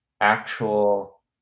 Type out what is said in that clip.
actual